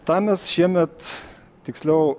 tą mes šiemet tiksliau